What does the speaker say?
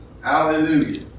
Hallelujah